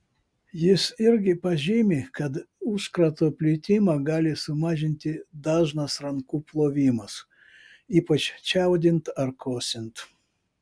jis irgi pažymi kad užkrato plitimą gali sumažinti dažnas rankų plovimas ypač čiaudint ar kosint